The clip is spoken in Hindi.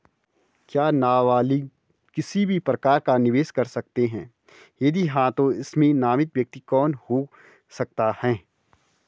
क्या नबालिग किसी भी प्रकार का निवेश कर सकते हैं यदि हाँ तो इसमें नामित व्यक्ति कौन हो सकता हैं?